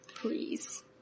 Please